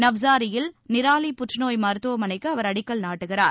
நவ்சாரியில் நிராலி புற்றுநோய் மருத்துவமனைக்கு அவர் அடிக்கல் நாட்டுகிறார்